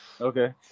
Okay